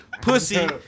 pussy